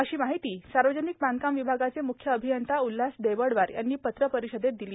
अशी माहिती सार्वजनिक बांधकाम विभागाचे म्ख्य अभियंता उल्हास देबडवार यांनी पत्रपरिषदेत दिली